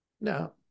Now